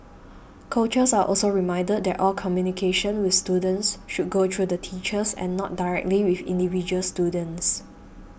coaches are also reminded that all communication with students should go through the teachers and not directly with individual students